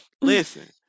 listen